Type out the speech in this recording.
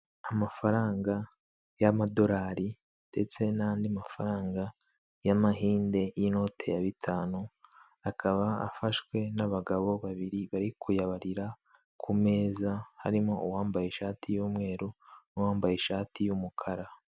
Amafaranga y'amadorari ndetse n'andi mafaranga y'amahinde y'inote ya bitanu, akaba afashwe n'abagabo babiri bari kuyabarira ku meza, harimo uwambaye ishati y'umweru n'uwambaye ishati y'umukara.